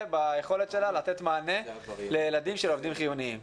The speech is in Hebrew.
ביכולת שלה לתת מענה לילדים של עובדים חיוניים.